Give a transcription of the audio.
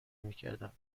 میکردم